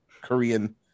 korean